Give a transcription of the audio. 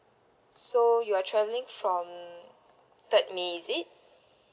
so you are traveling from third may is it